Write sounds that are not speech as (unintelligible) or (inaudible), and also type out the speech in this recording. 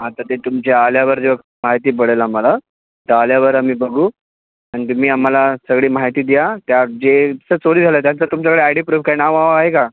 आता ते तुमच्या आल्यावर (unintelligible) माहिती पडेल आम्हाला तर आल्यावर आम्ही बघू आणि तुम्ही आम्हाला सगळी माहिती द्या त्या ज्याचं चोरी झालं आहे त्यांचं तुमच्याकडे आय डी प्रूफ काय नाव वाव आहे का